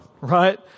right